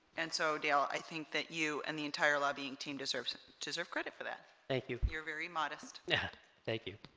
and so dale i think that you and the entire lobbying team deserves deserve credit for that thank you you're very modest yeah thank you